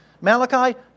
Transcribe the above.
Malachi